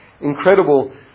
incredible